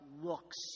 looks